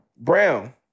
Brown